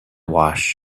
wash